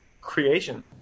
creation